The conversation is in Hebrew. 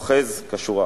עוסק אוחז כשורה.